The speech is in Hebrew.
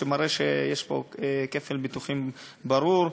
שמראים שיש פה כפל ביטוחים ברור.